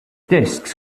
disks